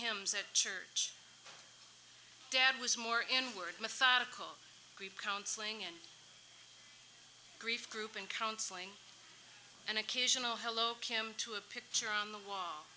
hymns at church dad was more inward methodical counseling and grief group and counseling and occasional hello kim to a picture on the wall